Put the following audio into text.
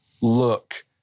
look